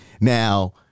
Now